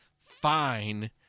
fine